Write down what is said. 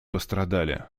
пострадали